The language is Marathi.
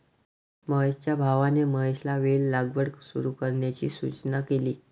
महेशच्या भावाने महेशला वेल लागवड सुरू करण्याची सूचना केली